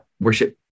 worship